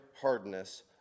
hardness